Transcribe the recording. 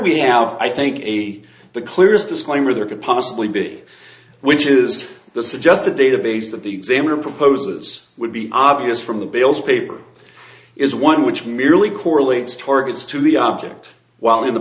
we have i think eight the clearest disclaimer there could possibly be which is the suggested database that the examiner proposes would be obvious from the bills paper is one which merely correlates towards to the object while in the